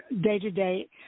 day-to-day